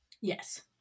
Yes